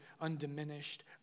undiminished